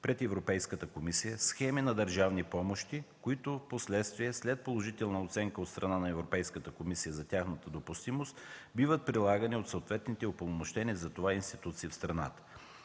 пред Европейската комисия схеми на държавни помощи, които впоследствие, след положителна оценка от страна на Европейската комисия за тяхната допустимост, биват прилагани от съответните упълномощени за това институции в страната.